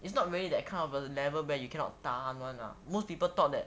it's not really that kind of a level where you cannot tahan [one] ah most people thought that